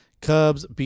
Cubs